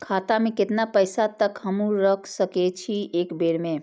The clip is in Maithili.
खाता में केतना पैसा तक हमू रख सकी छी एक बेर में?